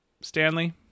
Stanley